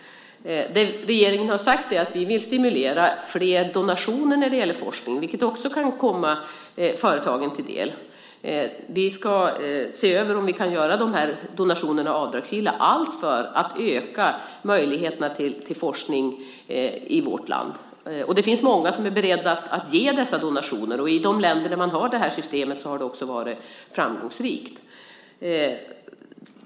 Vi i regeringen har sagt att vi vill stimulera flera donationer när det gäller forskning, vilket också kan komma företagen till del. Vi ska se över om vi kan göra donationerna avdragsgilla, allt för att öka möjligheterna till forskning i vårt land. Det finns många som är beredda att ge dessa donationer. I de länder där man har det här systemet har det varit framgångsrikt.